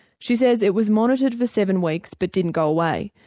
she says it was monitored for seven weeks but didn't go away.